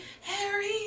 harry